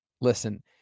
listen